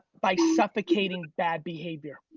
by suffocating bad behavior.